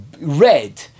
red